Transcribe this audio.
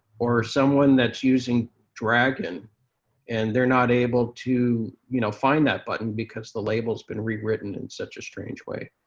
or someone that's using dragon and they're not able to you know find that button, because the label's been rewritten in such a strange way.